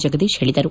ಜಗದೀಶ್ ಹೇಳಿದರು